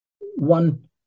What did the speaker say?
one